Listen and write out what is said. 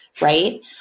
right